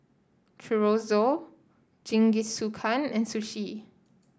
Chorizo Jingisukan and Sushi